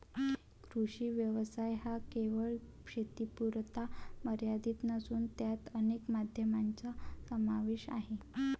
कृषी व्यवसाय हा केवळ शेतीपुरता मर्यादित नसून त्यात अनेक माध्यमांचा समावेश आहे